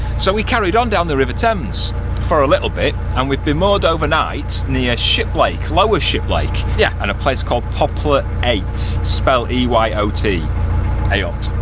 so we carried on down the river thames for a little bit and we've been moored overnight near shiplake, lower shiplake yeah and a place called poplar eight, spelt e y o t ayot,